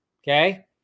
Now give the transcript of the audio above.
Okay